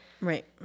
Right